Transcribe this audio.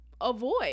avoid